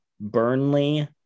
Burnley